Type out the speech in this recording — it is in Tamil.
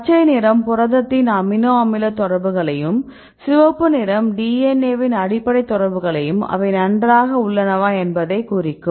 பச்சை நிறம் புரதத்தின் அமினோ அமில தொடர்புகளையும் சிவப்பு நிறம் DNA வின் அடிப்படை தொடர்புகளையும் அவை நன்றாக உள்ளனவா என்பதையும் குறிக்கும்